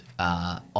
On